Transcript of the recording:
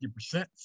50%